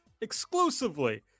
exclusively